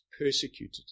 persecuted